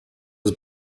was